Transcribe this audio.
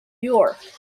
york